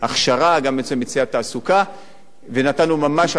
ונתנו ממש עדיפות לכל המגזר הערבי.